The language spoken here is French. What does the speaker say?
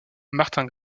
martin